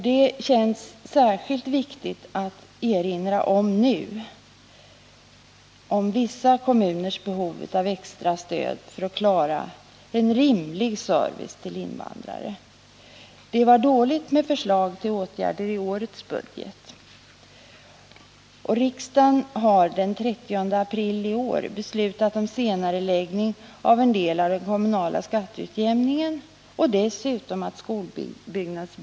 Det känns särskilt viktigt att nu erinra om vissa kommuners behov av extra stöd för att klara en rimlig service till invandrare. Det var ont om förslag till åtgärder i årets budget.